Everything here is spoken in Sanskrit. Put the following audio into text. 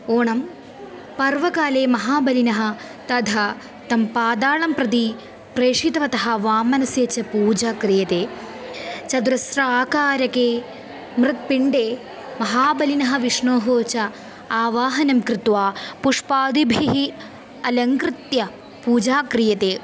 ओणं पर्वकाले महाबलिनः तदा तं पातालं प्रति प्रेषितवतः वामनस्य च पूजा क्रियते चतस्रः आकारके मृत्पिण्डे महाबलिनः विष्णोः च आवाहनं कृत्वा पुष्पादिभिः अलङ्कृत्य पूजा क्रियते